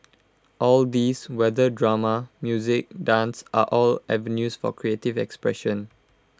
all these whether drama music dance are all avenues for creative expression